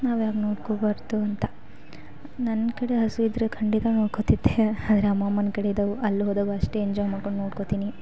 ನಾವು ಯಾಕೆ ನೋಡ್ಕೋಬಾರ್ದು ಅಂತ ನನ್ನ ಕಡೆ ಹಸು ಇದ್ದರೆ ಖಂಡಿತ ನೋಡ್ಕೋತಿದ್ದೆ ಆದರೆ ಅಮ್ಮಮ್ಮನ ಕಡೆ ಇದ್ದಾವೆ ಅಲ್ಲಿ ಹೋದಾಗ ಅಷ್ಟೇ ಎಂಜಾಯ್ ಮಾಡ್ಕೊಂಡು ನೋಡ್ಕೋತೀನಿ